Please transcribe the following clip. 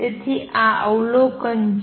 તેથી આ અવલોકન છે